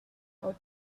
how